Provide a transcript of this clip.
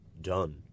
done